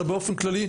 אלא באופן כללי,